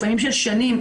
לפעמים שנים,